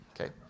okay